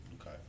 okay